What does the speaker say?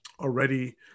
already